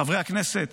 חברי הכנסת,